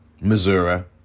Missouri